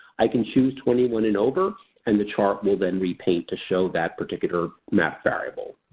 i can choose twenty one and over and the chart will then repaint to show that particular map variable.